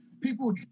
people